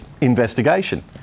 investigation